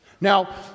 now